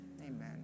Amen